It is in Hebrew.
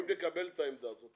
אם תקבל את העמדה הזאת,